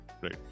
Right